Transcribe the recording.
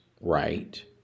right